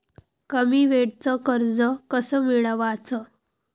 कमी वेळचं कर्ज कस मिळवाचं?